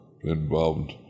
involved